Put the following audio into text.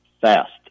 fast